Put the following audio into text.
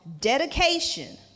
dedication